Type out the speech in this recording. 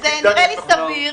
זה נראה לי סביר.